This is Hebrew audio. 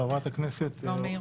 חבר הכנסת מאיר